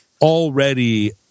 already